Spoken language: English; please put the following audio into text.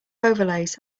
overlays